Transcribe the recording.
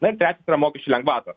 na ir trečias yra mokesčių lengvatos